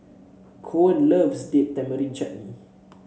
Koen loves Date Tamarind Chutney